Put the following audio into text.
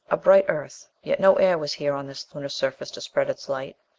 a bright earth, yet no air was here on this lunar surface to spread its light.